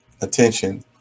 attention